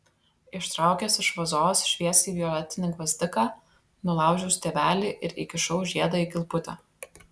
ištraukęs iš vazos šviesiai violetinį gvazdiką nulaužiau stiebelį ir įkišau žiedą į kilputę